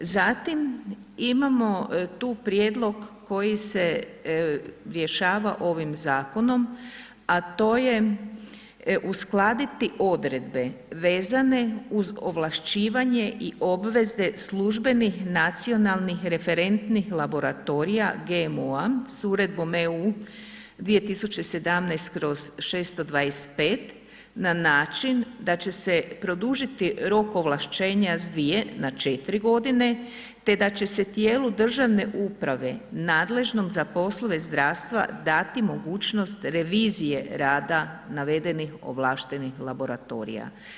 Zatim imamo tu prijedlog koji se rješava ovim zakonom, a to je uskladiti odredbe vezane uz ovlašćivanje i obveze službenih nacionalnih referentnih laboratorija GMO-a s Uredbom EU 2017/625 na način da će se produžiti rok ovlašćenja s dvije na četiri godine te da će se tijelu državne uprave nadležnom za poslove zdravstva dati mogućnost revizije rada navedenih ovlaštenih laboratorija.